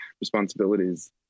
responsibilities